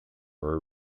were